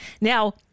Now